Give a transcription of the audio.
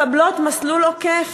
מקבלות מסלול עוקף.